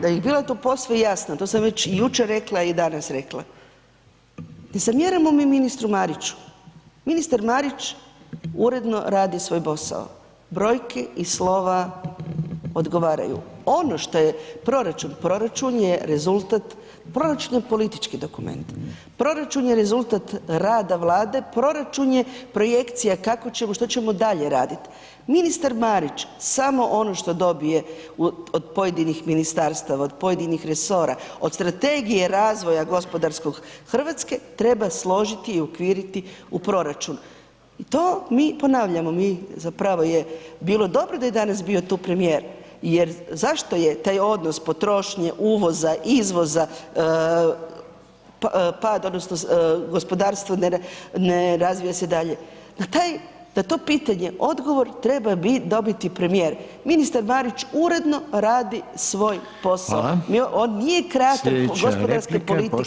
Da bi bilo to posve jasno, to sam već i jučer rekla i danas rekla, ne zamjeramo mi ministru Mariću, ministar Marić uredno radi svoj posao, brojke i slova odgovaraju, ono što je proračun, proračun je rezultat, proračun je politički dokument, proračun je rezultat rada Vlade, proračun je projekcija kako ćemo, što ćemo dalje radit, ministar Marić samo ono što dobije od pojedinih ministarstava, od pojedinih resora, od strategije razvoja gospodarskog RH treba složiti i uokviriti u proračun, to mi ponavljamo, mi zapravo je bilo dobro da je danas bio tu premijer jer zašto je taj odnos potrošnje uvoza, izvoza, pad odnosno gospodarstvo ne razvija se dalje, na taj, na to pitanje odgovor treba dobiti premijer, ministar Marić uredno radi svoj posao [[Upadica: Hvala]] on nije … [[Govornik se ne razumije]] [[Upadica: Slijedeća replika poštovanog zastupnika…]] gospodarske politike razvoja RH.